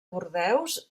bordeus